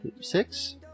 six